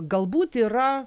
galbūt yra